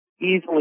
easily